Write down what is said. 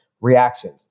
reactions